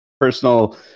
personal